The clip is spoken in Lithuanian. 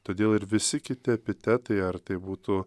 todėl ir visi kiti epitetai ar tai būtų